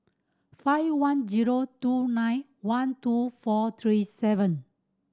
five one zero two nine one two four three seven